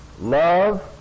love